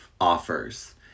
offers